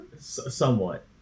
somewhat